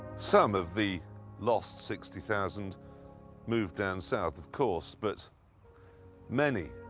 some of the lost sixty thousand moved and south, of course. but many,